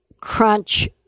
crunch